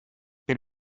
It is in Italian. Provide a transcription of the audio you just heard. per